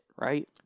right